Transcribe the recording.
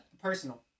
Personal